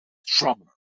drummer